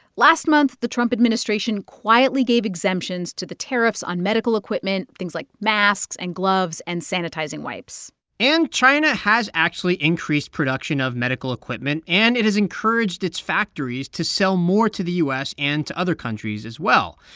last month, the trump administration quietly gave exemptions to the tariffs on medical equipment things like masks and gloves and sanitizing wipes and china has actually increased production of medical equipment, and it has encouraged its factories to sell more to the u s. and to other countries as well.